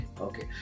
okay